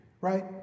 right